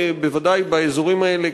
בוודאי באזורים האלה,